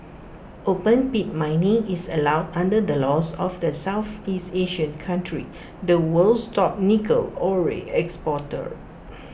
open pit mining is allowed under the laws of the Southeast Asian country the world's top nickel ore exporter